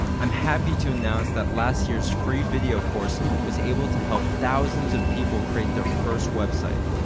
i'm happy to announce that last year's free video course was able to help thousands of people create their first website.